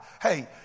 Hey